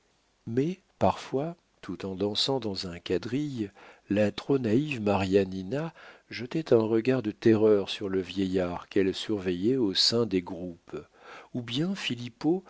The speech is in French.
mais parfois tout en dansant dans un quadrille la trop naïve marianina jetait un regard de terreur sur le vieillard qu'elle surveillait au sein des groupes ou bien